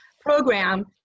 program